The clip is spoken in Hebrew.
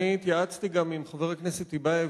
אני התייעצתי גם עם חבר הכנסת טיבייב,